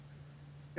כן,